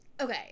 Okay